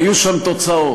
היו שם תוצאות.